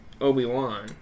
Obi-Wan